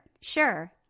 Sure